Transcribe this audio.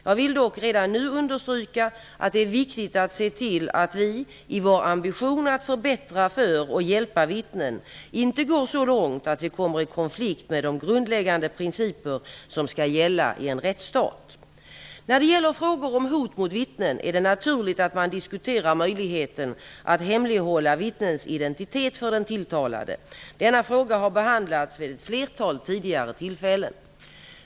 Jag vill dock redan nu understryka att det är viktigt att se till att vi, i vår ambition att förbättra för och hjälpa vittnen, inte går så långt att vi kommer i konflikt med de grundläggande principer som skall gälla i en rättsstat. När det gäller frågor om hot mot vittnen är det naturligt att man diskuterar möjligheten att hemlighålla vittnens identitet för den tilltalade. Denna fråga har behandlats vid ett flertal tidigare tillfällen.